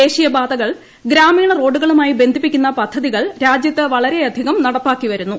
ദേശീയപാതകൾ ഗ്രാമീണ റോഡുകളുമായി ബന്ധിപ്പിക്കുന്ന പദ്ധതികൾ രാജ്യത്ത് വളരെയധികം നടപ്പാക്കിവരുന്നു